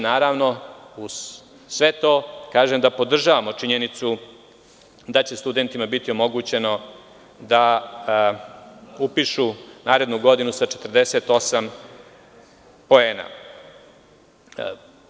Naravno, uz sve to, podržavamo činjenicu da će studentima biti omogućeno da upišu narednu godinu sa 48 poena.